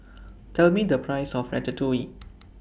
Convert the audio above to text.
Tell Me The Price of Ratatouille